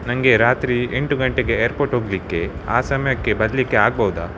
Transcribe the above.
ನನಗೆ ರಾತ್ರಿ ಎಂಟು ಗಂಟೆಗೆ ಏರ್ಪೋರ್ಟ್ ಹೋಗಲಿಕ್ಕೆ ಆ ಸಮಯಕ್ಕೆ ಬರಲಿಕ್ಕೆ ಆಗ್ಬೌದಾ